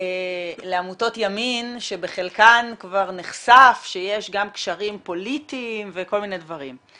לעמותות ימין שבחלקן כבר נחשף שיש גם קשרים פוליטיים וכל מיני דברים.